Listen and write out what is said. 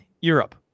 Europe